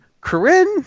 Corinne